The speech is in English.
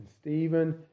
Stephen